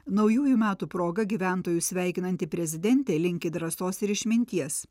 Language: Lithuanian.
naujųjų metų proga gyventojus sveikinanti prezidentė linki drąsos ir išminties